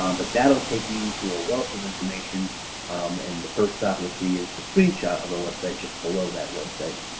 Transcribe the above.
um but that will take you to a wealth of information and the first stop you'll see is the screenshot of the website just below that website.